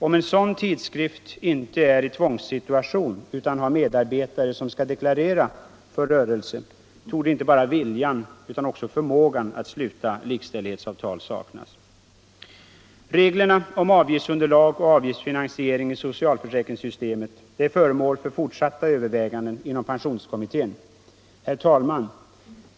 Om en sådan tidskrift inte är i tvångssituation utan har medarbetare som skall deklarera för rörelse torde inte bara viljan utan också förmågan att sluta likställighetsavtal saknas. Reglerna om avgiftsunderlag och avgiftsfinansiering i socialförsäkringssystemet är föremål för fortsatta överväganden inom pensionskommittén. Herr talman!